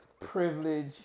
privilege